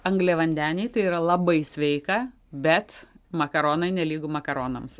angliavandeniai tai yra labai sveika bet makaronai nelygu makaronams